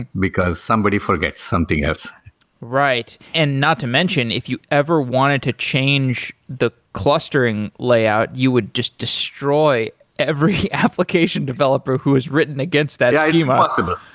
because somebody forgets something else right. and not to mention, if you ever wanted to change the clustering layout, you would just destroy every application developer who has written against that schema yeah, it's impossible.